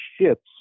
ships